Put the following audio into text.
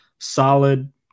Solid